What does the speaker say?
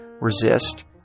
resist